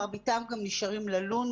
מרביתם גם נשארים ללון.